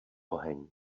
oheň